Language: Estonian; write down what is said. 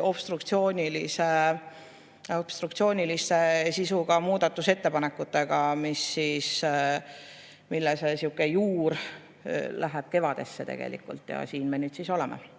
obstruktsioonilise sisuga muudatusettepanekutega, mille juur läheb tegelikult kevadesse. Ja siin me nüüd siis oleme.